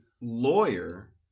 lawyer